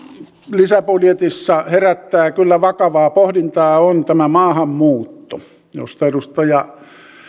lisäbudjetissa herättää kyllä vakavaa pohdintaa on tämä maahanmuutto josta edustaja